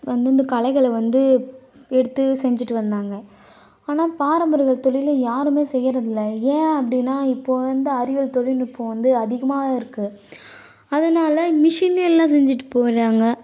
வந்து இந்த கலைகளை வந்து எடுத்து செஞ்சுட்டு வந்தாங்க ஆனால் பாரம்பரிய தொழில் யாருமே செய்யறதில்லை ஏன் அப்படின்னா இப்போது வந்து அறிவியல் தொழில்நுட்பம் வந்து அதிகமாகவே இருக்குது அதனால மிஷினே எல்லாம் செஞ்சுட்டு போயிடுறாங்க